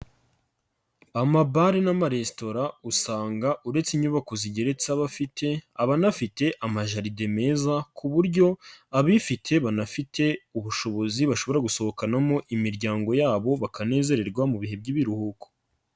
Amabare n'amaresitora, usanga uretse inyubako zigeretse aba afite, aba anafite amajalide meza ku buryo abifite banafite ubushobozi bashobora gusohokamo imiryango yabo bakanezererwa mu bihe by'ibiruhuko.